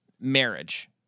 marriage